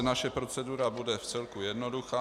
Naše procedura bude vcelku jednoduchá.